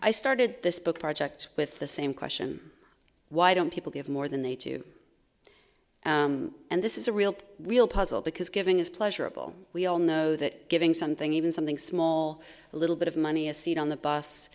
i started this book project with the same question why don't people give more than they to and this is a real real puzzle because giving is pleasurable we all know that giving something even something small a little bit of money a seat on the bus